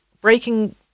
breaking